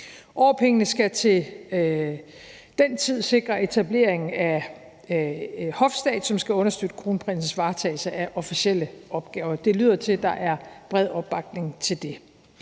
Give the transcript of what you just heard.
Årpengene skal til den tid sikre etablering af en hofstab, som skal understøtte kronprinsens varetagelse af officielle opgaver. Det lyder til, at der er bred opbakning til det.